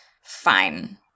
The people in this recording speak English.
fine